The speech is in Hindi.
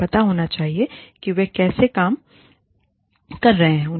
उन्हें पता होना चाहिए कि वे कैसे काम कर रहे हैं